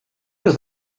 was